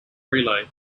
relay